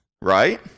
right